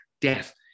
death